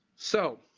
so,